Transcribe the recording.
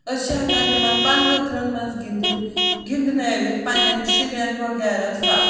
أسۍ چھِ ہٮ۪کان تِمَن پَنہٕ ؤتھرَن منٛز گِندِتھ گِندٕنٲوِتھ پَنٕنٮ۪ن شُرٮ۪ن وَغیرہ سَب